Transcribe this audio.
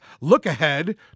look-ahead